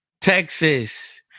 Texas